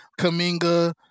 Kaminga